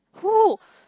who